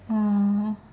!aww!